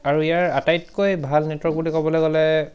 আৰু ইয়াৰ আটাইতকৈ ভাল নেটৱৰ্ক বুলি ক'বলৈ গ'লে